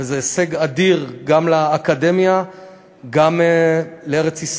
וזה הישג אדיר גם לאקדמיה וגם לארץ-ישראל.